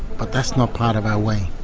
but that's not part of our way,